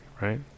right